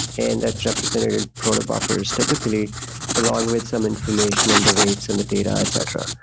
and that's represented in proto buffers typically along with some information and the weights in the data, etc.